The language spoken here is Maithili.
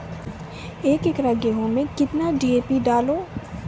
एक एकरऽ गेहूँ मैं कितना डी.ए.पी डालो?